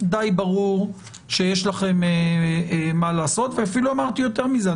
די ברור שיש לכם מה לעשות ואפילו אמרתי יותר מזה.